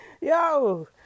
Yo